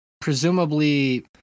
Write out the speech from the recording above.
presumably